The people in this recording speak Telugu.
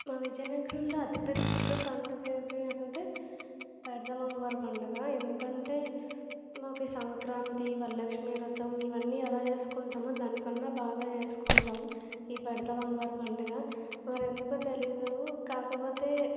మా విజయనగరంలో అతిపెద్ద పండుగ ఏది అంటే పైడితల్లి అమ్మవారి పండుగ ఎందుకంటే మాకు సంక్రాంతి వరలక్ష్మీ వ్రతం ఇవన్నీ ఎలా చేసుకుంటామో దానికన్నా బాగా చేసుకుంటాం ఈ పైడితల్లి అమ్మవారి పండుగ మరి ఎందుకో తెలియదు కాకపోతే